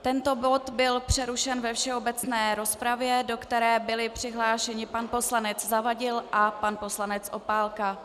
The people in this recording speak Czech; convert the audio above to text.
Tento bod byl přerušen ve všeobecné rozpravě, do které byli přihlášeni pan poslanec Zavadil a pan poslanec Opálka.